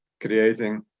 creating